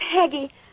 Peggy